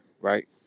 right